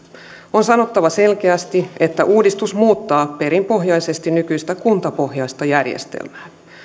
on sanottava selkeästi että uudistus muuttaa perinpohjaisesti nykyistä kuntapohjaista järjestelmää